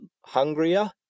hungrier